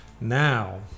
Now